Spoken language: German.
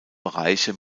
bereiche